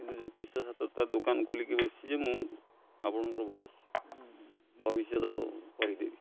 କିନ୍ତୁ ଜ୍ୟୋତିଷ ଶାସ୍ତ୍ର ତ ଦୋକାନ ଖୋଲିକି ବସିଛି ଯେ ମୁଁ ଆପଣଙ୍କର ଭବିଷ୍ୟତ କହିଦେବି